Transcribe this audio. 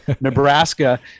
Nebraska